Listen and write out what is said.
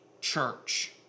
church